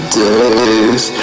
days